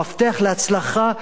המפתח להצלחה,